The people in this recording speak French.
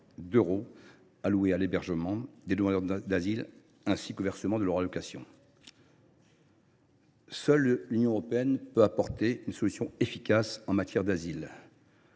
d’euros alloués à l’hébergement des demandeurs d’asile et au versement de leurs allocations. Seule l’Union européenne peut apporter une solution efficace en matière d’asile.